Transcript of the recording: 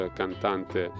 cantante